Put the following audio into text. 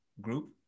group